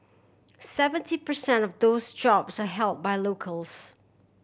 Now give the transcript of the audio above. seventy per cent of those jobs are held by locals